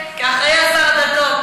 כאחראי לשר הדתות,